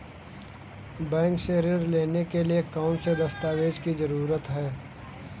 Bank से ऋण लेने के लिए कौन से दस्तावेज की जरूरत है?